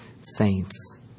saints